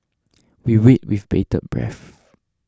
we wait with bated breath